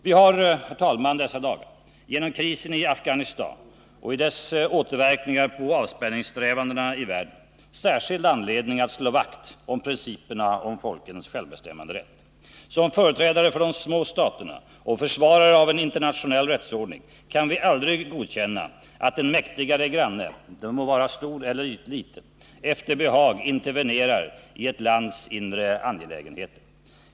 Vi har, herr talman, i dessa dagar genom krisen i Afghanistan och dess återverkningar på avspänningssträvandena i världen särskild anledning att slå vakt om principerna om folkens självbestämmanderätt. Som företrädare för de små staterna och försvarare av en internationell rättsordning kan vi aldrig godkänna att en mäktigare granne — stor eller liten — efter behag intervenerar i ett lands inre angelägenheter.